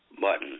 button